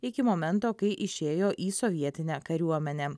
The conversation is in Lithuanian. iki momento kai išėjo į sovietinę kariuomenę